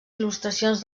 il·lustracions